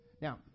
Now